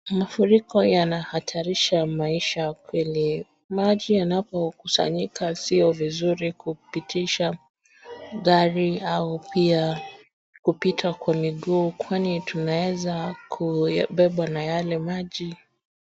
Mafuriko yanahatarisha maisha kwenye maji yanapokusanyika sio vizuri kupitisha gari au pia kupita kwa miguu kwani tunaweza kubebwa na yale maji.